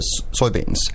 soybeans